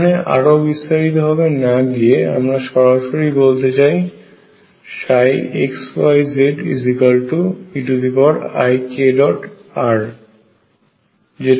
এখানে আরো বিস্তারিত ভাবে না গিয়ে আমরা সরাসরি বলতে চাই xyzeik r